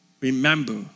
Remember